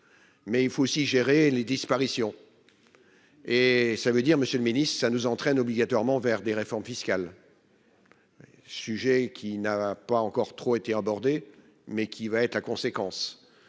Mais il faut aussi gérer les disparitions. Et ça veut dire Monsieur le Ministre, ça nous entraîne obligatoirement vers des réformes fiscales. Sujet qui n'a pas encore trop été abordée mais qui va être la conséquence.